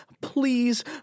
please